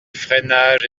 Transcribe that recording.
freinage